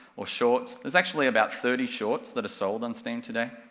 or shorts, there's actually about thirty shorts that are sold on steam today.